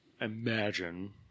imagine